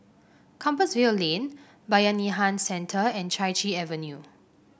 Compassvale Lane Bayanihan Centre and Chai Chee Avenue